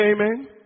Amen